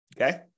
Okay